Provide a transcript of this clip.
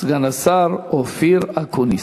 סגן השר אופיר אקוניס.